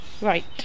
Right